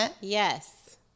Yes